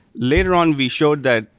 later on, we showed that,